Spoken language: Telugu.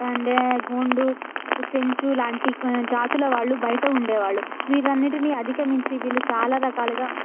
అంటే గోండు చెంచు లాంటి కొన్ని జాతుల వాళ్ళు బయట ఉండేవాళ్ళు వీరు అన్నింటినీ అధిగమించి వీరు చాలా రకాలుగా